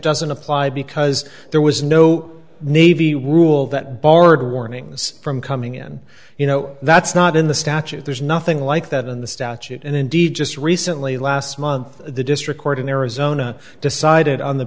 doesn't apply because there was no navy rule that barred warnings from coming in you know that's not in the statute there's nothing like that in the statute and indeed just recently last month the district court in arizona decided on the